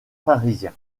parisien